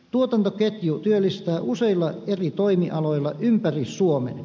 tuotantoketju työllistää useilla eri toimialoilla ympäri suomen